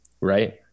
right